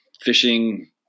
fishing